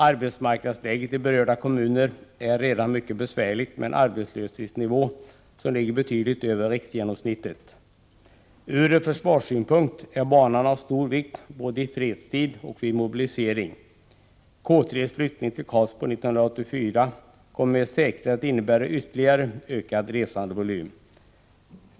Arbetsmarknadsläget i berörda kommuner är redan mycket besvärligt med en arbetslöshetsnivå som ligger betydligt över riksgenomsnittet. Ur försvarssynpunkt är banan av stor vikt både i fredstid och vid mobilisering. K 3:s flyttning till Karlsborg 1984 kommer med säkerhet att innebära ytterligare ökad resandevolym.